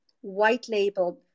white-labeled